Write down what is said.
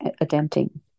attempting